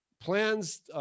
plans